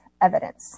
evidence